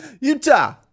Utah